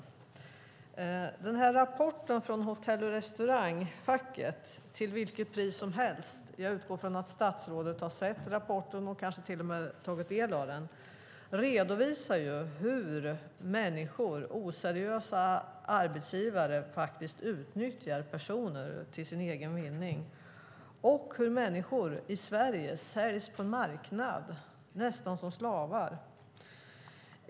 Jag utgår från att statsrådet har sett den här rapporten från Hotell och restaurangfacket, Till vilket pris som helst? , och kanske till och med tagit del av den. I rapporten redovisas hur oseriösa arbetsgivare utnyttjar personer till sin egen vinning och hur människor i Sverige säljs på en marknad nästan som slavar.